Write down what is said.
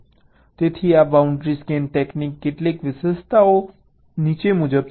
તેથી આ boundary scan ટેકનિકની કેટલીક વિશેષતાઓ નીચે મુજબ છે